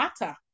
matter